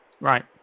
Right